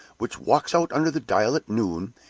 which walks out under the dial at noon,